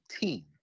team